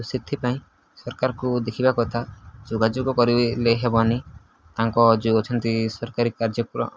ସେଥିପାଇଁ ସରକାରଙ୍କୁ ଦେଖିବା କଥା ଯୋଗାଯୋଗ କରିଲେ ହେବନି ତାଙ୍କ ଯେଉଁ ଅଛନ୍ତି ସରକାରୀ କାର୍ଯ୍ୟ